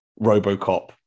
Robocop